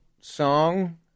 song